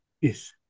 Yes